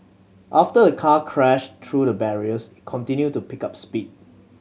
after a car crashed through the barriers it continued to pick up speed